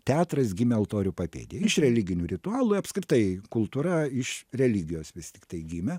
teatras gimė altorių papėdėj iš religinių ritualų apskritai kultūra iš religijos vis tiktai gimė